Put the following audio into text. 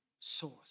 source